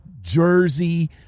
Jersey